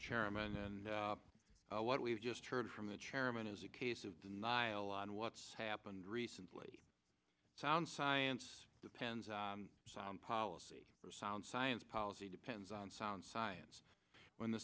chairman and what we've just heard from the chairman is a case of denial on what's happened recently sound science depends on policy for sound science policy depends on sound science when the